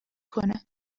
کنن